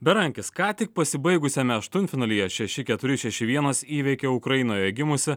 berankis ką tik pasibaigusiame aštuntfinalyje šeši keturi šeši vienas įveikė ukrainoje gimusį